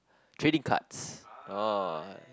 trading cards oh